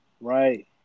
Right